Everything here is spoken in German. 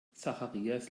zacharias